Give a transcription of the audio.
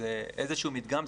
זה איזה שהוא מדגם,